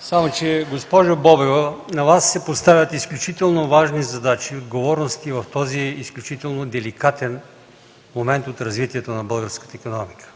само че, госпожо Бобева, на Вас се поставят изключително важни задачи и отговорности в този изключително деликатен момент от развитието на българската икономика.